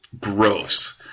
gross